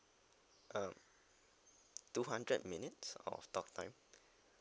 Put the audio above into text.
uh two hundred minutes of talk time